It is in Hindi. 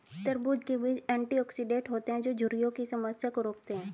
तरबूज़ के बीज एंटीऑक्सीडेंट होते है जो झुर्रियों की समस्या को रोकते है